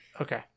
Okay